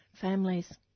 families